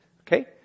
okay